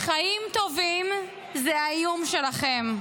חיים טובים זה האיום שלכם.